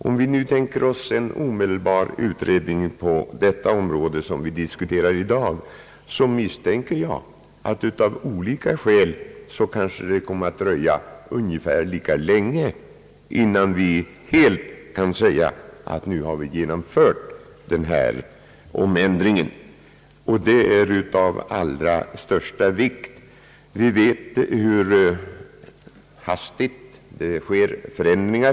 Om vi nu tänker oss en omedelbar utredning på det område vi diskuterar i dag, misstänker jag att det av olika skäl kanske kommer att dröja ungefär lika länge innan vi kan säga att vi helt genomfört denna omändring. Vi vet hur hastigt det sker förändringar.